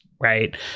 Right